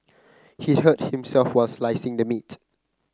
he hurt himself while slicing the meat